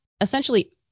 essentially